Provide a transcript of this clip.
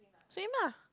same lah